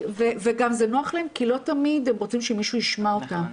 וגם זה נוח להם כי לא תמיד הם רוצים שמישהו ישמע אותם.